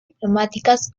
diplomáticas